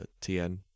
TN